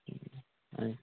आनी